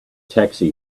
taxi